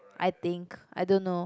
I think I don't know